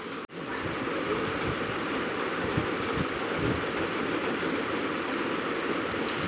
buffalo বা মহিষের দুধে অনেক বেশি পরিমাণে শক্তি ও পুষ্টি থাকে